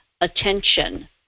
attention